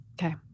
Okay